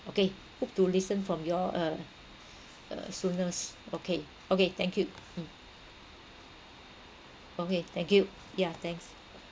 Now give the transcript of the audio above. okay hope to listen from you all uh uh soonest okay okay thank you mm okay thank you yeah thanks